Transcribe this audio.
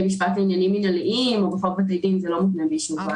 משפט לעניינים מינהליים זה לא דרוש את אישור הוועדה.